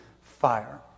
fire